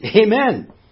Amen